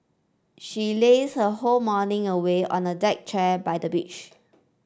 she lazed her whole morning away on a deck chair by the beach